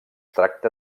tracta